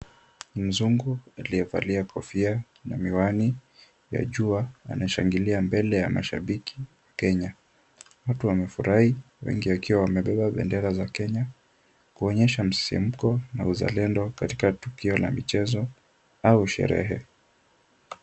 Mzungu aliyevalia kofia na miwani ya jua, anashangilia mbele ya mashabiki Kenya. Watu wamefurahi, wengi wakiwa wamebeba bendera za Kenya, kuonyesha msimko na uzalendo katika tukio la michezo au sherehe.